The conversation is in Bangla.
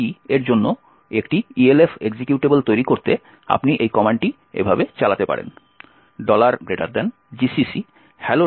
helloc এর জন্য একটি ELF এক্সিকিউটেবল তৈরি করতে আপনি এই কমান্ডটি এভাবে চালাতে পারেন gcc helloc o hello